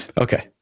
Okay